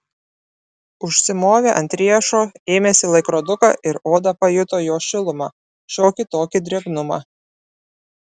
užsimovė ant riešo ėmėsi laikroduką ir oda pajuto jo šilumą šiokį tokį drėgnumą